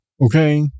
Okay